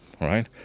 right